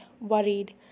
worried